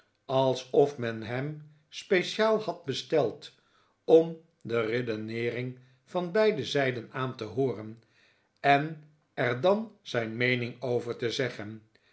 alsof men hem speciaal had besteld om de redeneering van beide zijden aan te hooren en er dan zijn meening over te zeggen